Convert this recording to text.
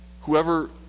Whoever